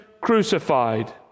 crucified